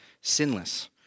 sinless